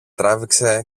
τράβηξε